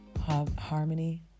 harmony